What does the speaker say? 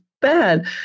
bad